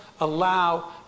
allow